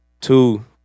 Two